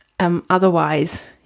Otherwise